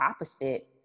opposite